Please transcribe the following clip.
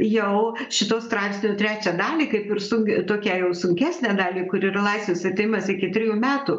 jau šito straipsnio trečią dalį kaip ir su tokią jau sunkesnę dalį kur yra laisvės atėmimas iki trijų metų